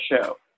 show